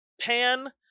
pan